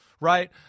right